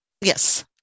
yes